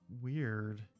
weird